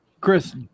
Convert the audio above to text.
Chris